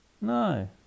No